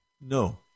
No